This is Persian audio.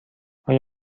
آیا